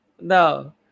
no